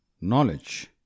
Knowledge